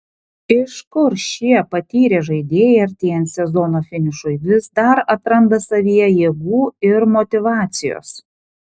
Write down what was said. iš kur šie patyrę žaidėjai artėjant sezono finišui vis dar atranda savyje jėgų ir motyvacijos